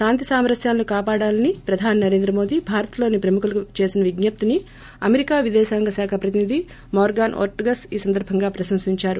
శాంతి నామరస్కాలను కాపాడాలని ప్రధాని నరేంద్ర మోదీ భారత్లోని ప్రముఖులకు చేసిన విజ్ఞప్తిని అమెరికా విదేశాంగ శాఖ ప్రతినిధి మోర్గాస్ ఓర్షగస్ ఈ సందర్బంగా ప్రశంసించారు